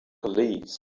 police